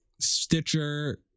Stitcher